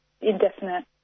indefinite